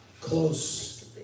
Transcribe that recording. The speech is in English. close